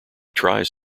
tries